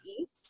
east